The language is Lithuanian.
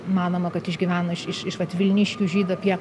manoma kad išgyveno iš iš vat vilniškių žydų apie